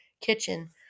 kitchen